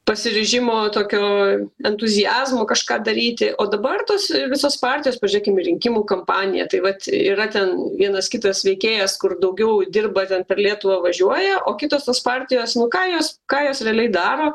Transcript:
pasiryžimo tokio entuziazmo kažką daryti o dabar tos visos partijos pažiūrėkim į rinkimų kampaniją tai vat yra ten vienas kitas veikėjas kur daugiau dirba ten per lietuvą važiuoja o kitos tos partijos nu ką jos ką jos realiai daro